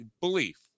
belief